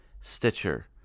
Stitcher